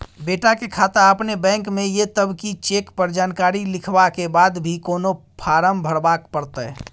बेटा के खाता अपने बैंक में ये तब की चेक पर जानकारी लिखवा के बाद भी कोनो फारम भरबाक परतै?